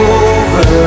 over